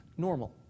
Normal